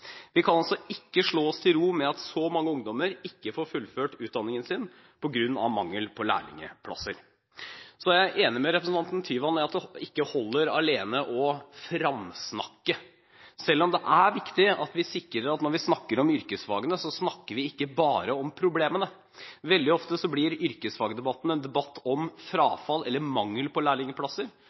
Vi kan ikke slå oss til ro med at så mange ungdommer ikke får fullført utdanningen sin på grunn av mangel på lærlingplasser. Så er jeg enig med representanten Tyvand i at det ikke holder alene med «framsnakking», selv om det er viktig å sikre at når vi snakker om yrkesfagene, snakker vi ikke bare om problemene. Veldig ofte blir yrkesfagdebatten en debatt om frafall eller mangel på lærlingplasser